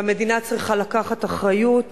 והמדינה צריכה לקחת אחריות